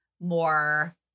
more